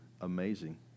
amazing